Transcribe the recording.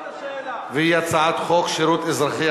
והיא הצעת חוק שירות אזרחי,